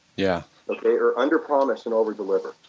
yeah or under promise and over deliver.